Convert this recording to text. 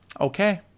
Okay